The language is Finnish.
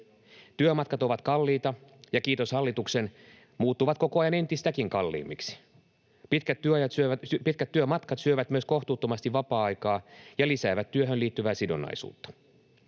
Työmatkat ovat kalliita ja — kiitos hallituksen — muuttuvat koko ajan entistäkin kalliimmiksi. Pitkät työmatkat syövät myös kohtuuttomasti vapaa-aikaa ja lisäävät työhön liittyvää sidonnaisuutta.